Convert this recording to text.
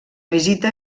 visita